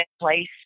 place